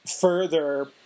further